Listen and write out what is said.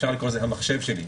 אפשר לקרוא לזה "המחשב שלי".